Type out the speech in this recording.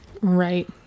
Right